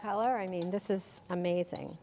tyler i mean this is amazing